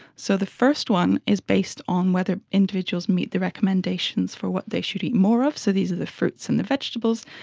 so the first one is based on whether individuals meet the recommendations for what they should eat more of, so these are the fruits and the vegetables,